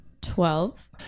Twelve